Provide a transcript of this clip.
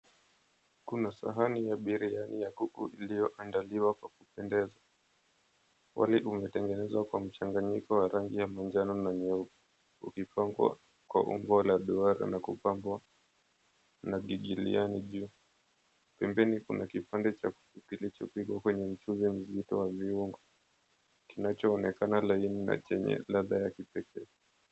Kuna sahani ya biriyani ya kuku iliyoandaliwa kwa kupendeza. Wali umetengenezwa kwa mchanganyiko wa rangi ya manjano na nyeupe ukipambwa kwa umbo la duara na kupambwa na gigiliani juu. Pembeni kuna kipande cha kuku kilichopikwa kwenye mchuzi mzito wa viungo kinachoonekana laini na chenye ladha ya kipekee.